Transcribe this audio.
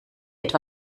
etwa